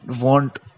want